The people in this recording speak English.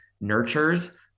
nurtures